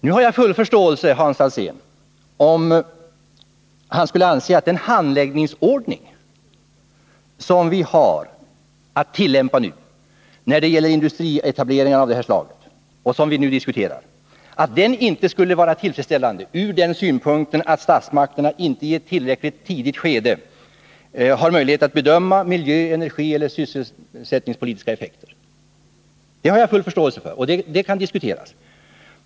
Nu har jag full förståelse för om Hans Alsén skulle anse att den handläggningsordning som vi har att tillämpa när det gäller industrietableringar av det här slaget inte är tillfredsställande ur den synpunkten att statsmakterna inte i tillräckligt tidigt skede har möjlighet att bedöma miljö-, energieller sysselsättningspolitiska effekter. Det har jag full förståelse för, och den saken kan diskuteras.